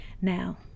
now